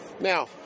Now